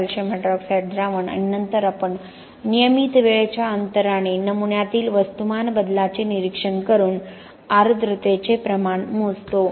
calcium hydroxide द्रावण आणि नंतर आपण नियमित वेळेच्या अंतराने नमुन्यातील वस्तुमान बदलाचे निरीक्षण करून आर्द्रतेचे प्रमाण मोजतो